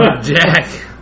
Jack